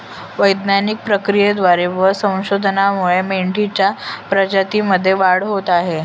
वैज्ञानिक प्रक्रियेद्वारे व संशोधनामुळे मेंढीच्या प्रजातीमध्ये वाढ होत आहे